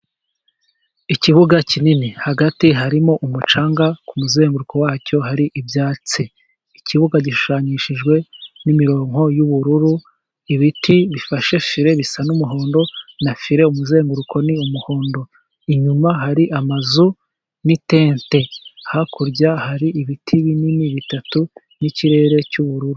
Ikibuga kinini hagati harimo umucanga, ku muzenguruko wacyo hari ibyatsi, ikibuga gishushanyishijwe n'imirongo y'ubururu ,ibiti bifashe fire bisa n'umuhondo ,na fire umuzenguruko ni umuhondo ,inyuma hari amazu n'itente, hakurya hari ibiti binini bitatu n'ikirere cy'ubururu.